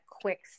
quick